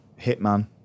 Hitman